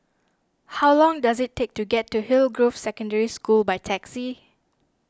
how long does it take to get to Hillgrove Secondary School by taxi